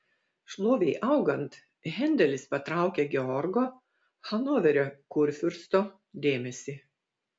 šlovei augant hendelis patraukė georgo hanoverio kurfiursto dėmesį